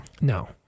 no